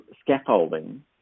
scaffolding